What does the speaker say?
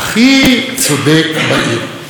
והמקום שבו אנחנו צודקים,